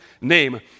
name